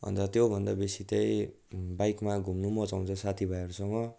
अन्त त्योभन्दा बेसी चाहिँ बाइकमा घुम्नु मज्जा आउँछ साथी भाइहरूसँग